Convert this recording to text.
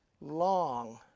long